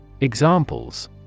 Examples